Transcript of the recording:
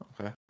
okay